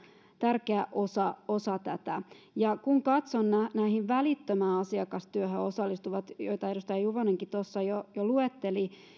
tärkeä osa osa tätä asiaa kun katson näitä välittömään asiakastyöhön osallistuvia joita edustaja juvonenkin tuossa jo luetteli